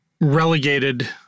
relegated –